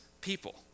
people